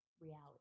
reality